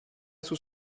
tout